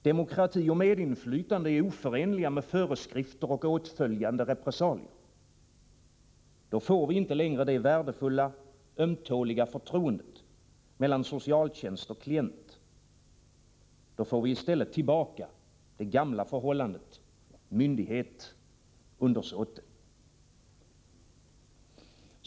Demokrati och medinflytande är oförenliga med föreskrifter och åtföljande repressalier. Då får vi inte längre det värdefulla, ömtåliga förtroendet mellan socialtjänst och klient. Då får vi i stället tillbaka det gamla förhållandet myndighet-undersåte.